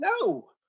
No